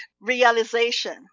realization